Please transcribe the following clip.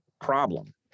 problem